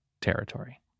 territory